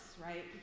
right